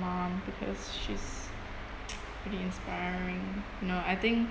mum because she's pretty inspiring you know I think